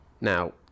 Now